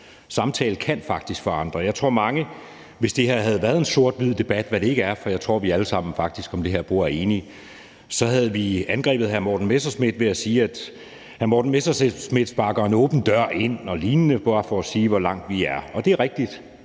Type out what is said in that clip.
Samtale kan faktisk forandre noget. Hvis det her havde været en sort-hvid debat – hvad det ikke er, for jeg tror, vi alle sammen om det her bord faktisk er enige – så havde vi angrebet hr. Morten Messerschmidt ved at sige, at hr. Morten Messerschmidt sparker en åben dør ind og lignende, bare for at sige, hvor langt vi er. Og det er rigtigt: